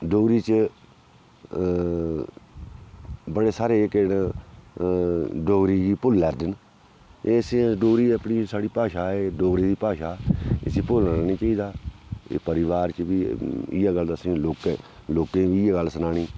डोगरी च बड़े सारे जेह्के न डोगरी गी भुल्ला दे न एह् असें डोगरी अपनी साढ़ी भाशा ऐ डोगरी दी भाशा इसी भुलना नी चाहिदा एह् परिवार च बी इ'यै गल्ल दस्सनी लोकें लोकें बी इ'यै गल्ल सनानी